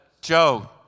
Joe